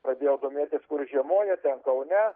pradėjau domėtis kur žiemoja ten kaune